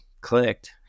clicked